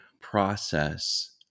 process